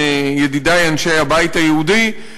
ידידי אנשי הבית היהודי,